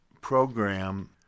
program